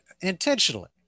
Intentionally